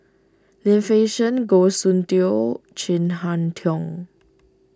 Lim Fei Shen Goh Soon Tioe Chin Harn Tong